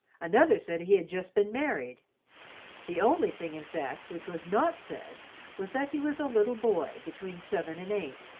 another said he had just been married the only thing, in fact, which was not said was that he was a little boy between seven and eight,